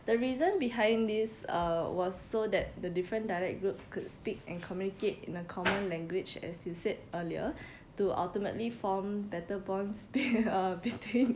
the reason behind this uh was so that the different dialect groups could speak and communicate in a common language as you said earlier to ultimately form better bonds uh between